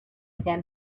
again